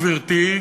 גברתי,